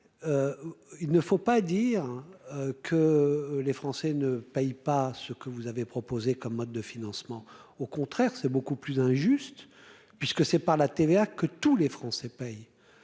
mais il ne faut pas dire que les Français ne payent pas ce que vous avez proposé comme mode de financement, au contraire, c'est beaucoup plus injuste puisque c'est par la TVA, que tous les Français payent